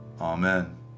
Amen